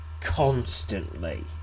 constantly